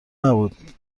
نبود